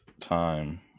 time